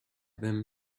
them